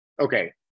Okay